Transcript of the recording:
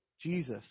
Jesus